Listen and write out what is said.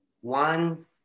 one